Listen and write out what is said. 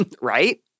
Right